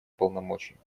полномочий